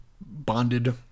bonded